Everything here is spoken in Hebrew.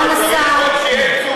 סגן השר,